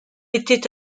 était